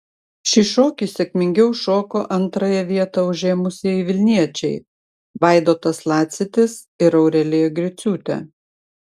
šį šokį sėkmingiau šoko antrąją vietą užėmusieji vilniečiai vaidotas lacitis ir aurelija griciūtė